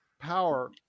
power